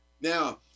Now